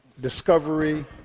discovery